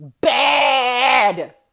Bad